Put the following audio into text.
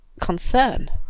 concern